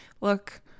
look